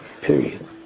Period